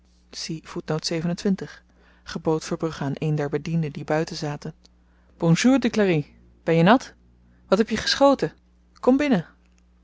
gebood verbrugge aan een der bedienden die buiten zaten bonjour duclari ben je nat wat heb je geschoten kom binnen